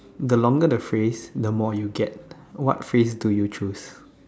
the longer the phrase the more you get what phrase do you choose